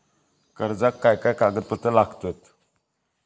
कर्जाक काय काय कागदपत्रा लागतत?